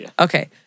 Okay